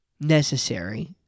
necessary